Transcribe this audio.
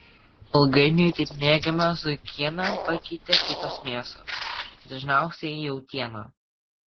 ilgainiui taip mėgiamą zuikieną pakeitė kitos mėsos dažniausiai jautiena